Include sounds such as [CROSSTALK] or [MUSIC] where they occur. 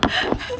[LAUGHS]